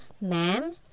Ma'am